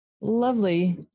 lovely